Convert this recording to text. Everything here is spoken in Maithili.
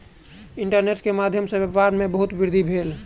इंटरनेट के माध्यम सॅ व्यापार में बहुत वृद्धि भेल